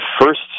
first